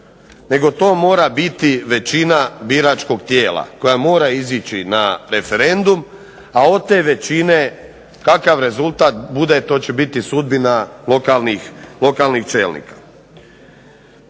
nego to mora biti većina biračkog tijela koja mora izići na referendum, a od te većine kakav rezultat bude to će biti sudbina lokalnih čelnika.